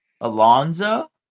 Alonzo